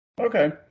okay